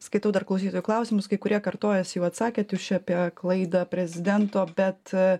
skaitau dar klausytojų klausimus kai kurie kartojasi jau atsakė jūs čia apie klaidą prezidento bet